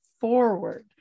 Forward